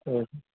हो